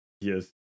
Yes